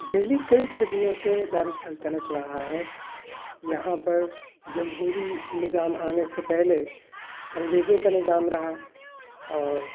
دہلی کئی صدیوں سے دارالسّلطنت رہا ہے یہاں پر جمہوری نظام آنے سے پہلے انگریزوں کا نظام رہا اور